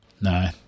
No